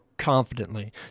confidently